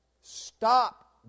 stop